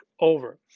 over